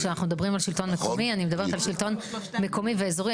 כשאנחנו מדברים על שלטון מקומי אני מדברת על שלטון מקומי ואזורי.